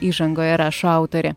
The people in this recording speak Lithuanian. įžangoje rašo autorė